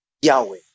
Yahweh